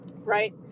right